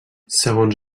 segons